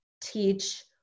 teach